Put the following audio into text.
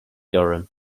durham